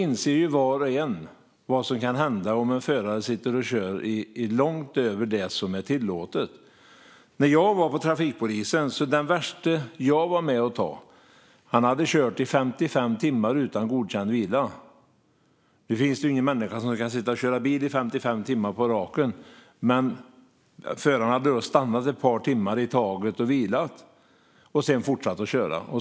Var och en inser ju vad som kan hända om en förare sitter och kör långt utöver det som är tillåtet. Den värsta som jag varit med om att ta, när jag var på trafikpolisen, hade kört i 55 timmar utan godkänd vila. Nu finns det ingen människa som kan sitta och köra bil i 55 timmar på raken. Föraren hade stannat ett par timmar i taget och vilat och sedan fortsatt att köra.